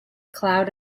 cloud